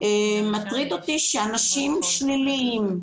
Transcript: מטריד אותי שאנשים שליליים,